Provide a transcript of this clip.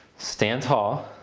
stand tall.